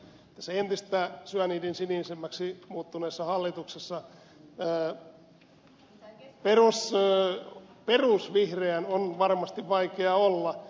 tässä entistä syanidinsinisemmäksi muuttuneessa hallituksessa perusvihreän on varmasti vaikea olla